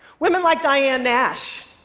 women like diane nash.